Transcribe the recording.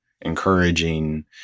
encouraging